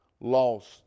lost